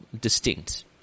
distinct